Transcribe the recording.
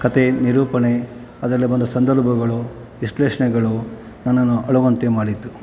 ಕಥೆ ನಿರೂಪಣೆ ಅದೆಲ್ಲ ಬಂದ ಸಂದರ್ಭಗಳು ವಿಶ್ಲೇಷಣೆಗಳು ನನ್ನನ್ನು ಅಳುವಂತೆ ಮಾಡಿತು